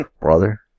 brother